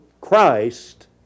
Christ